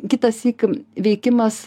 kitąsyk veikimas